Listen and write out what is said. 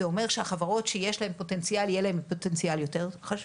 הדבר הזה אומר שהחברות שיש להן פוטנציאל יהיה להן פוטנציאל יותר חשוב,